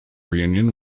reunion